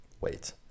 Wait